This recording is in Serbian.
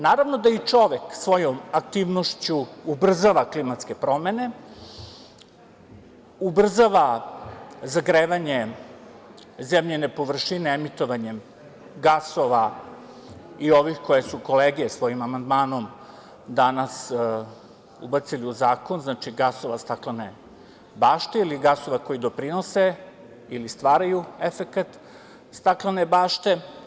Naravno, da i čovek svojom aktivnošću ubrzava klimatske promene, ubrzava zagrevanje zemljine površine emitovanjem gasova i ovih koje su kolege svojim amandmanom danas ubacili u zakon, znači gasova staklene bašte ili gasova koji doprinose ili stvaraju efekata staklene bašte.